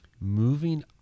Moving